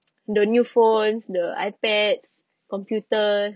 there are new phones there are iPads computer